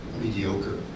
mediocre